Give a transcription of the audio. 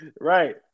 Right